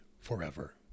forever